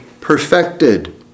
perfected